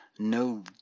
No